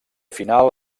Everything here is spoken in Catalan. final